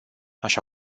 așa